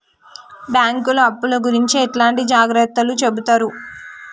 బ్యాంకులు అప్పుల గురించి ఎట్లాంటి జాగ్రత్తలు చెబుతరు?